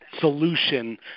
solution